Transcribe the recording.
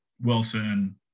Wilson